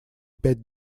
пять